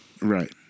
Right